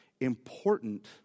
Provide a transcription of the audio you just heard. important